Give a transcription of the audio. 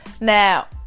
Now